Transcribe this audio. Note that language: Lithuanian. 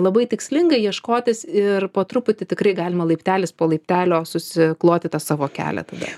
labai tikslingai ieškotis ir po truputį tikrai galima laiptelis po laiptelio susikloti tą savo kelią tada